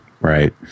right